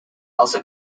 also